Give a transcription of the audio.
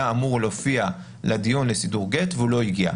אמור להופיע לדיון לסידור גט והוא לא הגיע.